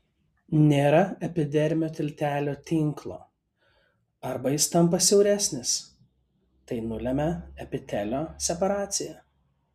nėra epidermio tiltelio tinklo arba jis tampa siauresnis tai nulemia epitelio separaciją